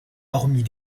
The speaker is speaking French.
hormis